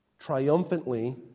Triumphantly